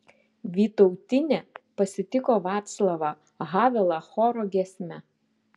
vytautinė pasitiko vaclavą havelą choro giesme